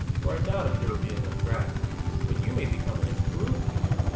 for i doubt if there would be enough grass but you may become an improved human.